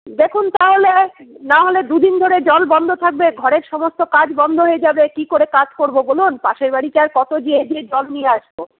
দেখুন তাহলে নাহলে দুদিন ধরে জল বন্ধ থাকবে ঘরের সমস্ত কাজ বন্ধ হয়ে যাবে কি করে কাজ করবো বলুন পাশের বাড়িতে আর কত গিয়ে গিয়ে জল নিয়ে আসবো